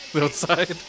outside